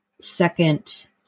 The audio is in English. second